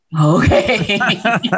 Okay